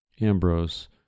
Ambrose